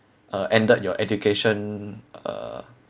uh ended your education uh